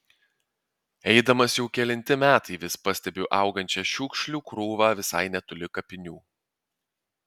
eidamas jau kelinti metai vis pastebiu augančią šiukšlių krūvą visai netoli kapinių